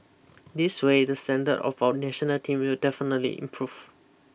this way the standard of our national team will definitely improve